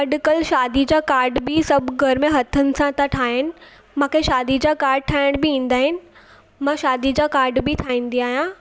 अॼुकल्ह शादी जा काड बि सभु घर में हथनि सां था ठाहिनि मूंखे शादी जा काड ठाहिणु बि ईंदा आहिनि मां शादी जा काड बि ठाहींदी आहियां